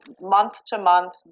month-to-month